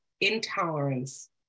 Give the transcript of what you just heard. intolerance